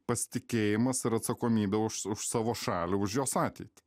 pasitikėjimas ir atsakomybė už už savo šalį už jos ateitį